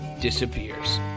disappears